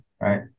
right